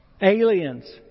Aliens